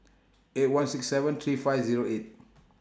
eight one six seven three five Zero eight